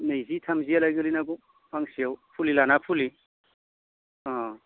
नैजि थामजिहालै गोलैनो हागौ फांसेआव फुलि लाना फुलि